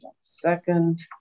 second